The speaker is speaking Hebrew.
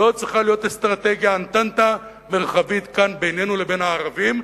זו צריכה להיות אסטרטגיית entente מרחבית כאן בינינו לבין הערבים,